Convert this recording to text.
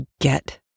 get